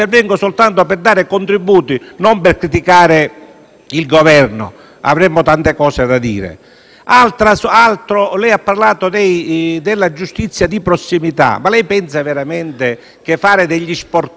intervengo solo per dare contributi, non per criticare il Governo. Avremmo tante cose da dire. Lei ha parlato della giustizia di prossimità: pensa veramente che aprire degli sportelli